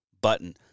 button